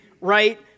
right